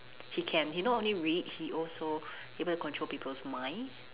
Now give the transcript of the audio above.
he can he not only read he also able to control people's mind